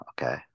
okay